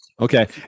okay